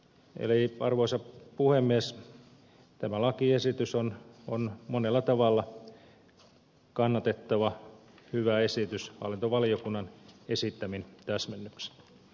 eli arvoisa puhemies tämä lakiesitys on monella tavalla kannatettava hyvä esitys hallintovaliokunnan esittämin täsmennyksin